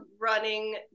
running